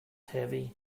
heavy